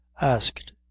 asked